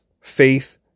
faith